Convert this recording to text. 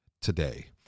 today